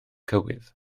cywydd